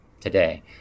today